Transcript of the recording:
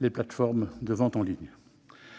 les plateformes de vente en ligne.